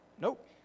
Nope